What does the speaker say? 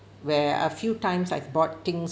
where a few times I've bought things